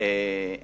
כך